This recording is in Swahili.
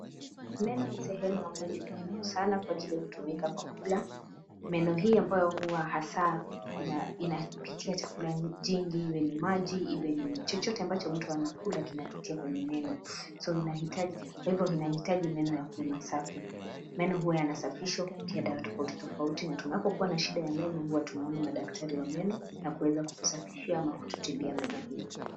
Meno ni sehemu ya mwili muhimu sana kwa ajili hutumika kwa kukula. Meno hii ambayo huwa hasaa inapitia chakula jingi iwe ni maji, iwe ni chochote ambacho mtu anakula, kinapitia kwenye meno. So inahitaji, kwa hivyo inahitaji meno yakuwe masafi. Meno huwa yanasafishwa kupitia dawa tofauti tofauti na tunapokuwa na shida ya meno, huwa tunaona madaktari wa meno na kuweza kutusafishia ama kututibia meno hio.